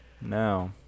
No